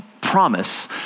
promise